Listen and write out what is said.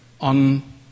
on